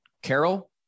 Carol